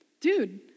dude